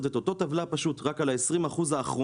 זה את אותה טבלה פשוט רק על ה-20% האחרונים,